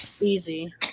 Easy